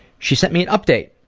she sent me an update.